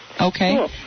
Okay